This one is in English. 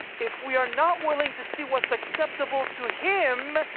if we are not willing to see what's acceptable to him,